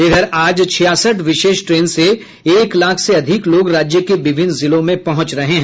इधर आज छियासठ विशेष ट्रेन से एक लाख से अधिक लोग राज्य के विभिन्न जिलों में पहुंच रहे हैं